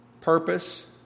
purpose